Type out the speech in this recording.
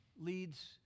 leads